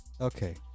Okay